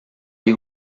gli